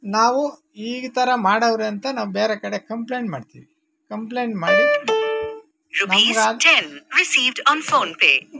ನಾವು ಈ ಥರ ಮಾಡವ್ರೆ ಅಂತ ನಾವು ಬೇರೆ ಕಡೆ ಕಂಪ್ಲೇಂಟ್ ಮಾಡ್ತೀವಿ ಕಂಪ್ಲೇಂಟ್ ಮಾಡಿ ನಮ್ಗೆ ಆಗ